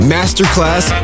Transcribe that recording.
Masterclass